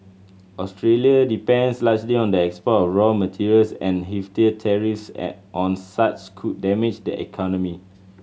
Australia depends largely on the export raw materials and heftier tariffs an on such could damage the economy